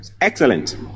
excellent